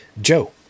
Joe